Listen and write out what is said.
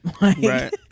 Right